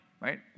right